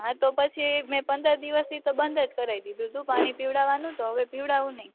હા તો પછી મેં પંદર દિવસથી તો બંધ જ કરાઈ દીધું તું પાણી પીવડાવાનું તો હવે પીવડાવુ નઈ